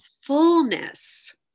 fullness